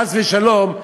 חס ושלום,